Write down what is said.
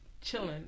chilling